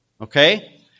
Okay